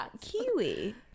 Kiwi